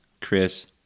Chris